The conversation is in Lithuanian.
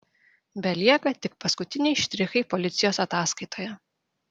belieka tik paskutiniai štrichai policijos ataskaitoje